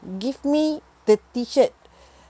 give me the T shirt